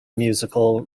musical